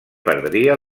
perdria